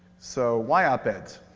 so, why op-eds?